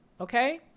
okay